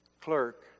clerk